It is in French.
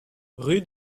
rue